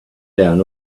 down